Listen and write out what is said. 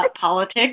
politics